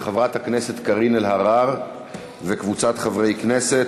של חברת הכנסת קארין אלהרר וקבוצת חברי כנסת.